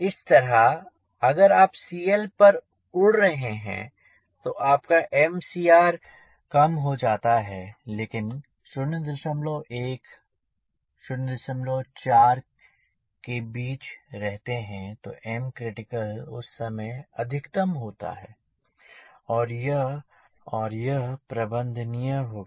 इस तरह अगर आप CL पर उड़ रहे हैं तो आपका Mcr कम हो जाता है लेकिन 01 04 के बीच रहते हैं तो M critical उस समय अधिकतम होता है और यह प्रबंधनीय होगा